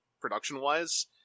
production-wise